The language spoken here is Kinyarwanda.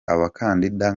abakandida